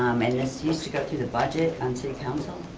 um and this used to go through the budget and city council?